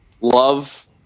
love